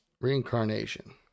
reincarnation